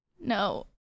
No